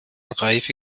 reife